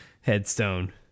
headstone